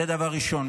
זה דבר ראשון.